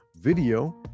video